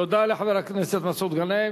תודה לחבר הכנסת מסעוד גנאים.